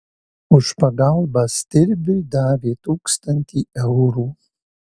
už pagalbą stirbiui davė tūkstantį eurų